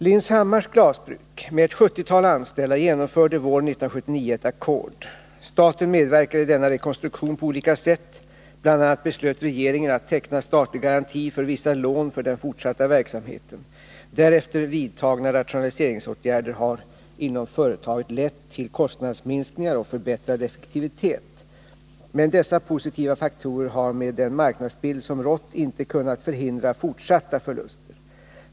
Lindshammars glasbruk med ett sjuttiotal anställda genomförde våren 1979 ett ackord. Staten medverkade i denna rekonstruktion på olika sätt. Bl. a. beslöt regeringen att teckna statlig garanti för vissa lån för den fortsatta verksamheten. Därefter vidtagna rationaliseringsåtgärder har inom företaget lett till kostnadsminskningar och förbättrad effektivitet, men dessa positiva faktorer har med den marknadsbild som rått inte kunnat förhindra fortsatta förluster.